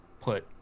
put